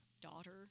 daughter